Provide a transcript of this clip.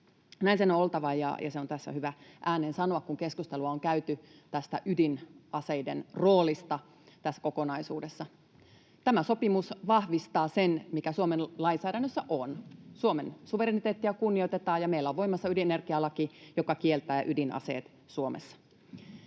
Näin sen on oltava, ja se on tässä hyvä ääneen sanoa, kun keskustelua on käyty ydinaseiden roolista tässä kokonaisuudessa. Tämä sopimus vahvistaa sen, mikä Suomen lainsäädännössä on. Suomen suvereniteettia kunnioitetaan, ja meillä on voimassa ydinenergialaki, joka kieltää ydinaseet Suomessa.